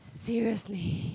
seriously